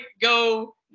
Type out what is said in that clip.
go